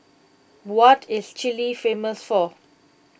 what is Chile famous for